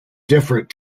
different